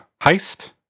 heist